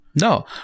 No